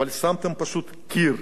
אבל שמתם פשוט קיר,